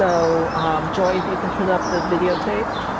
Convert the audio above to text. so joy, if you can put up the videotape,